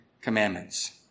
Commandments